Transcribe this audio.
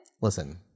Listen